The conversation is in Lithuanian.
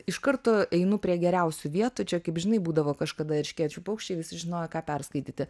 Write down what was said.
iš karto einu prie geriausių vietų čia kaip žinai būdavo kažkada erškėčių paukščiai visi žinojo ką perskaityti